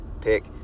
pick